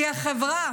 כי החברה